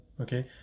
okay